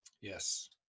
Yes